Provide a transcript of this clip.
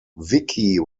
vicki